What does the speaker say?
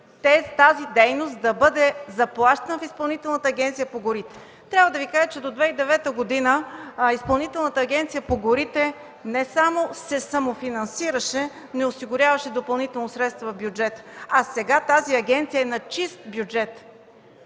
тази дейност да бъде заплащана в Изпълнителната агенция по горите. До 2009 г. Изпълнителната агенция по горите не само се самофинансираше, но осигуряваше допълнително средства в бюджета. Сега тази агенция е на чист бюджет.